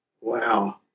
Wow